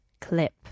clip